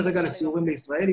אני מדבר על הסיורים בישראל,